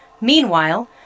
Meanwhile